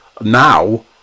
now